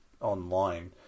online